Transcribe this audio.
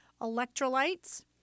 electrolytes